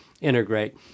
integrate